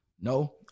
No